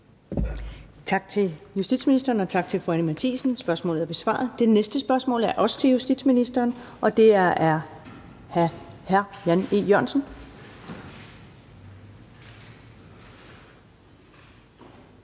Tak til justitsministeren, og tak til fru Anni Matthiesen. Spørgsmålet er besvaret. Det næste spørgsmål er også til justitsministeren, og det er af hr. Jan E. Jørgensen.